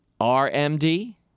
R-M-D